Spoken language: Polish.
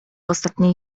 ostatniej